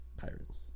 Pirates